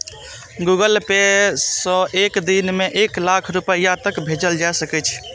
Google Pay सं एक दिन मे एक लाख रुपैया तक भेजल जा सकै छै